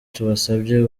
twabasabye